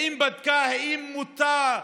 האם בדקה אם מותר,